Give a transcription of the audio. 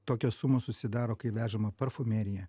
tokios sumos susidaro kai vežama parfumerija